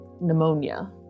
pneumonia